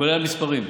כולל המספרים,